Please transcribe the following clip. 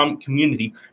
community